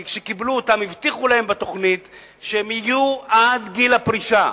כי כשקיבלו אותם הבטיחו להם בתוכנית שהם יהיו עד גיל הפרישה.